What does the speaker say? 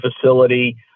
facility